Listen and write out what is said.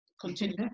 continue